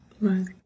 Right